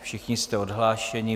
Všichni jste odhlášeni.